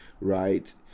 right